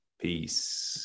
Peace